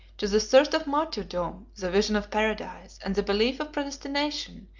to the thirst of martyrdom, the vision of paradise, and the belief of predestination,